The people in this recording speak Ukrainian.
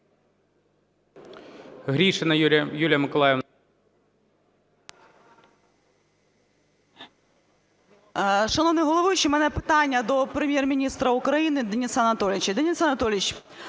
Гришина Юлія Миколаївна.